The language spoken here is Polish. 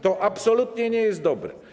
To absolutnie nie jest dobre.